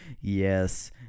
Yes